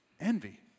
Envy